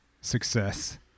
success